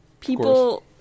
People